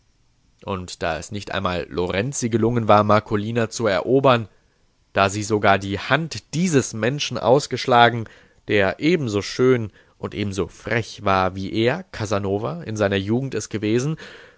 und da es nicht einmal lorenzi gelungen war marcolina zu erobern da sie sogar die hand dieses menschen ausgeschlagen der ebenso schön und ebenso frech war wie er casanova in seiner jugend es gewesen